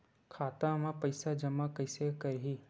खाता म पईसा जमा कइसे करही?